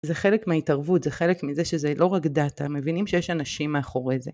זה חלק מההתערבות זה חלק מזה שזה לא רק דאטה מבינים שיש אנשים מאחורי זה